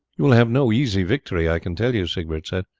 you will have no easy victory, i can tell you, siegbert said,